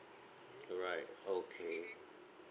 alright okay